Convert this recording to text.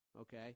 okay